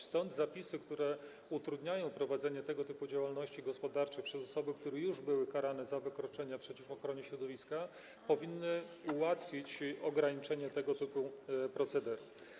Stąd zapisy utrudniające prowadzenie tego typu działalności gospodarczej osobom, które już były karane za wykroczenia przeciw ochronie środowiska, powinny ułatwić ograniczenie tego typu procederu.